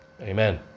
amen